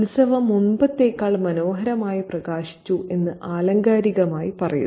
ഉത്സവം മുമ്പത്തേക്കാൾ മനോഹരമായി പ്രകാശിച്ചു എന്ന് ആലങ്കാരികമായി പറയുന്നു